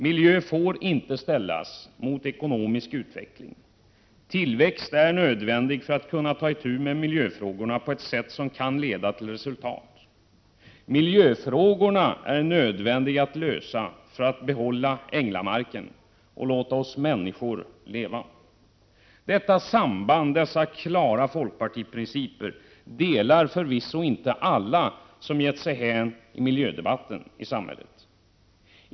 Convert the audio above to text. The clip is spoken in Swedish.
Miljö får inte ställas mot ekonomisk utveckling. Tillväxt är nödvändig för att vi skall kunna ta itu med miljöfrågorna på ett sätt som kan leda till resultat. Miljöfrågorna är nödvändiga att lösa för att vi skall kunna behålla änglamarken och låta oss människor leva. Detta samband, dessa klara folkpartiprinciper, inser förvisso inte alla som gett sig hän åt miljödebatten i samhället.